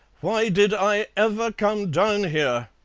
why did i ever come down here?